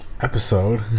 episode